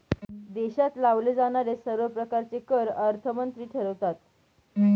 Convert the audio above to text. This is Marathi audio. देशात लावले जाणारे सर्व प्रकारचे कर अर्थमंत्री ठरवतात